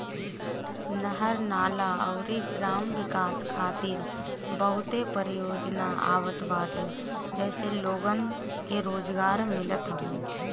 नहर, नाला अउरी ग्राम विकास खातिर बहुते परियोजना आवत बाटे जसे लोगन के रोजगार मिलत हवे